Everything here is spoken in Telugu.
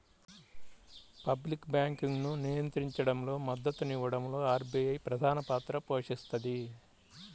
పబ్లిక్ బ్యాంకింగ్ను నియంత్రించడంలో, మద్దతునివ్వడంలో ఆర్బీఐ ప్రధానపాత్ర పోషిస్తది